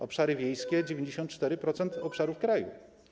Obszary wiejskie to 94% obszarów kraju.